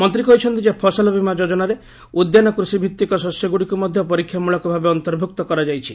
ମନ୍ତ୍ରୀ କହିଛନ୍ତି ଯେ ଫସଲ ବୀମା ଯୋଜନାରେ ଉଦ୍ୟାନ କୃଷିଭିଭିକ ଶସ୍ୟଗୁଡିକୁ ମଧ୍ୟ ପରୀକ୍ଷାମୂଳକ ଭାବେ ଅନ୍ତର୍ଭୁକ୍ତ କରାଯାଇଛି